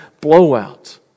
blowout